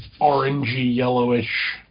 orangey-yellowish